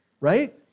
right